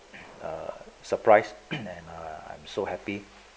uh surprise and I'm so happy